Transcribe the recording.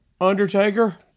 Undertaker